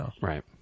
Right